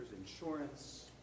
insurance